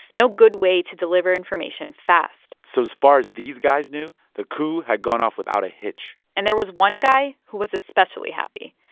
no good way to deliver information fast so as far as these guys knew, the coup had gone off without a hitch and there was one guy who was especially happy,